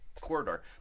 corridor